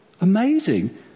amazing